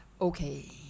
Okay